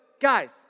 guys